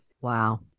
Wow